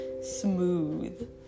smooth